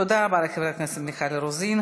תודה רבה לחברת הכנסת מיכל רוזין.